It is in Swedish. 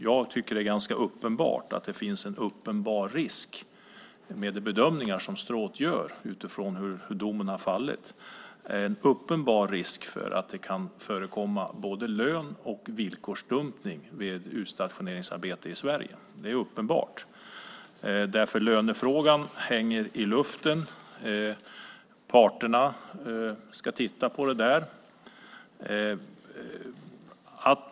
Jag tycker att det med de bedömningar som Stråth gör utifrån hur domen har fallit finns en uppenbar risk för att det kan förekomma både löne och villkorsdumpning vid utstationeringsarbete i Sverige. Lönefrågan hänger i luften. Parterna ska titta på detta.